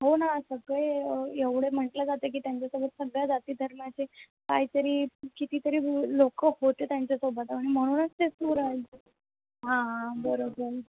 हो ना सगळे एवढं म्हटलं जातं की त्यांच्यासोबत सगळ्या जाती धर्माचे काहीतरी कितीतरी लोकं होते त्यांच्यासोबत आणि म्हणूनच ते सुराज्य हां हां बरोबर